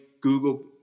Google